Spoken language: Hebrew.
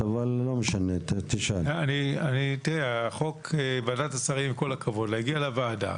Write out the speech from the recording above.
השרים, החוק הגיע עכשיו לוועדה